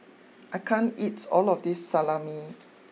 I can't eat all of this Salami